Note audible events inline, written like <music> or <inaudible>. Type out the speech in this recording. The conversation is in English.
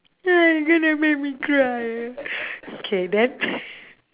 <noise> you going to make me cry K then <noise>